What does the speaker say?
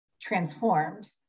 transformed